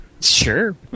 Sure